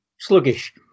sluggish